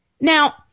Now